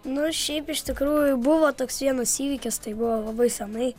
nu šiaip iš tikrųjų buvo toks vienas įvykis tai buvo labai senai